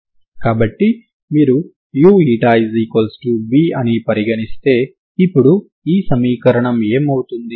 కాబట్టి మీరు uv అని పరిగణిస్తే అప్పుడు ఈ సమీకరణం ఏమవుతుంది